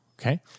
Okay